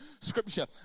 Scripture